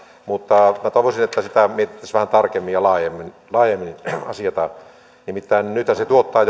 mutta minä toivoisin että sitä asiaa mietittäisiin vähän tarkemmin ja laajemmin laajemmin nimittäin nythän se tuottaa